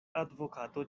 advokato